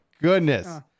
goodness